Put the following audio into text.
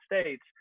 States